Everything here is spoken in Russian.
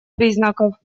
признаков